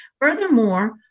Furthermore